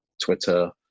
Twitter